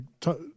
talk